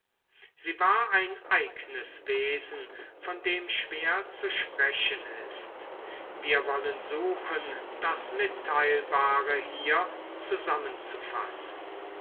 sie war ein eignes wesen von dem schwer zu sprechen ist wir wollen suchen das mitteilbare hier zusammenzufassen